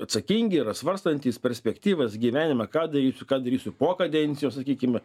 atsakingi yra svarstantys perspektyvas gyvenime ką darysiu ką darysiu po kadencijos sakykime